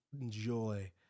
enjoy